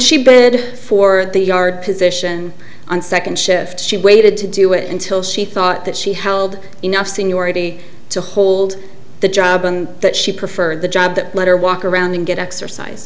she bed for the yard position on second shift she waited to do it until she thought that she held enough seniority to hold the job and that she preferred the job that letter walk around and get exercise